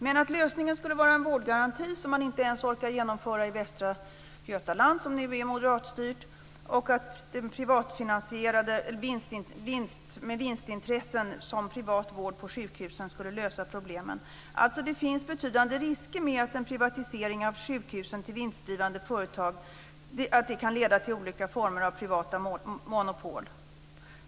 Man säger att en vårdgaranti, som man inte ens orkar genomföra i Västra Götalands län, som nu är moderatstyrt, och att vård med vinstintresse, som privat vård på sjukhus, skulle lösa problemen. Det finns en betydande risk att en privatisering av sjukhusen till vinstdrivande företag kan leda till privata monopol.